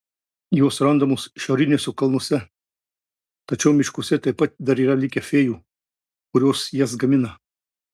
jos randamos šiauriniuose kalnuose tačiau miškuose taip pat dar yra likę fėjų kurios jas gamina